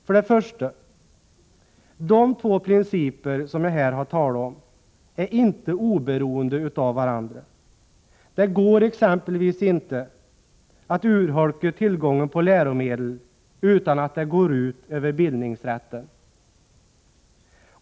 För det första: De två principer som jag här har talat om är inte oberoende av varandra. Det går exempelvis inte att urholka tillgången på läromedel utan att det går ut över bildningsrätten.